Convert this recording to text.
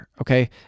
okay